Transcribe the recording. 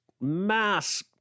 mass